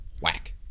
Whack